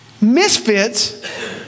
misfits